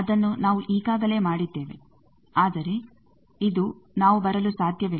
ಅದನ್ನು ನಾವು ಈಗಾಗಲೇ ಮಾಡಿದ್ದೇವೆ ಆದರೆ ಇದು ನಾವು ಬರಲು ಸಾಧ್ಯವಿಲ್ಲ